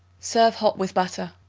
serve hot with butter.